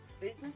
business